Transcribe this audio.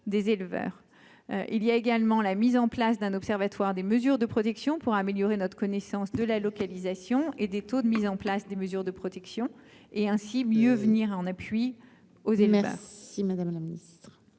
il y a également la mise en place d'un observatoire des mesures de protection pour améliorer notre connaissance de la localisation et des taux de mise en place des mesures de protection et ainsi mieux venir en appui. Oh merci madame la ministre,